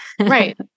Right